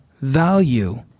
value